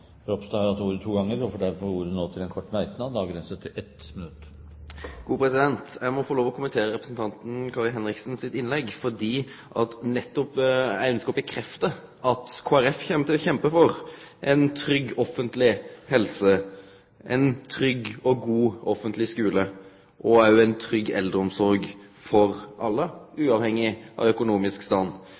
Ropstad har hatt ordet to ganger og får ordet til en kort merknad, begrenset til 1 minutt. Eg må få lov til å kommentere representanten Kari Henriksen sitt innlegg. Eg ønskjer å bekrefte at Kristeleg Folkeparti kjem til å kjempe for eit trygt, offentleg helsevesen, ein trygg og god offentleg skule og òg ei trygg eldreomsorg for alle, uavhengig av økonomisk stand,